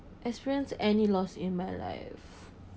experience any loss in my life